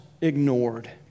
ignored